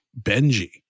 benji